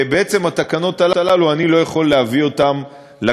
בעצם את התקנות הללו אני לא יכול להביא לכנסת.